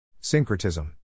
Syncretism